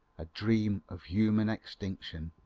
a dream of human extinction.